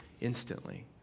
instantly